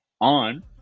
on